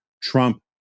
Trump